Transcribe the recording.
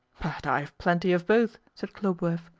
but i have plenty of both, said khlobuev,